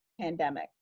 pandemic